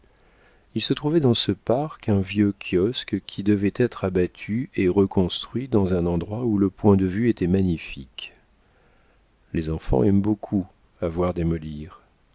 il se trouvait dans ce parc un vieux kiosque qui devait être abattu et reconstruit dans un endroit où le point de vue était magnifique les enfants aiment beaucoup à voir démolir